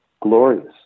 glorious